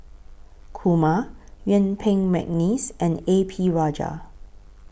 Kumar Yuen Peng Mcneice and A P Rajah